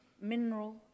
mineral